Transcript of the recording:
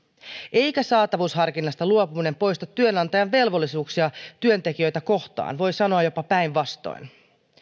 eikä saatavuusharkinnasta luopuminen poista työnantajan velvollisuuksia työntekijöitä kohtaan voi sanoa jopa päinvastoin